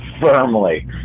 Firmly